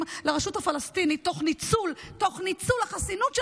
לרשות הפלסטינית תוך ניצול החסינות שלך.